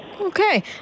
Okay